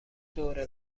دور